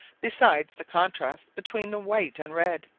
besides the contrast between the white and red,